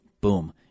boom